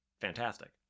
fantastic